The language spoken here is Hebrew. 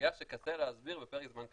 סוגיה שקשה להסביר בפרק זמן קצר.